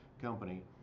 company